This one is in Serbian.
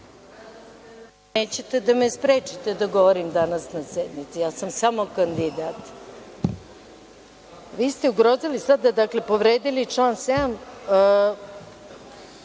nećete da me sprečite da govorim danas na sednici, ja sam samo kandidat. Vi ste ugrozili sada, dakle, povredili član 7.